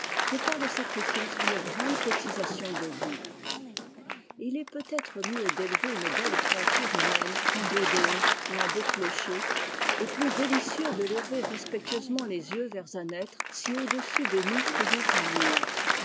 que par le sacrifice d'une grande cotisation de vies et il est peut-être mieux d'élever une belle créature humaine qu'un beau dôme ou un beau clocher et plus délicieux de lever respectueusement les yeux vers un être si au-dessus de nous que vers un mur